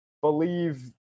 believe